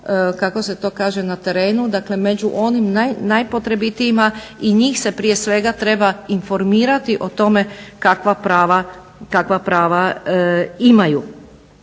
kako se to kaže na terenu, dakle među onim najpotrebitijima i njih se prije svega treba informirati o tome kakva prava imaju.